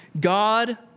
God